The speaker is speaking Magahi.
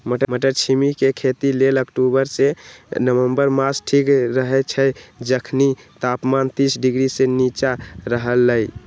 मट्टरछिमि के खेती लेल अक्टूबर से नवंबर मास ठीक रहैछइ जखनी तापमान तीस डिग्री से नीचा रहलइ